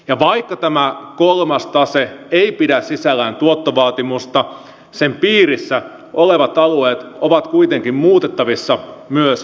ja vaikka tämä kolmas tase ei pidä sisällään tuottovaatimusta sen piirissä olevat alueet ovat kuitenkin muutettavissa myös talouskäyttöön